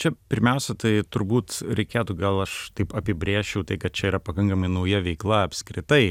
čia pirmiausia tai turbūt reikėtų gal aš taip apibrėžčiau tai kad čia yra pakankamai nauja veikla apskritai